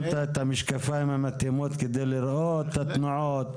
שמת את המשקפיים המתאימים כדי לראות את התנועות.